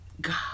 God